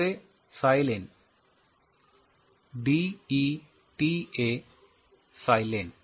दुसरे म्हणजे silane DETA silane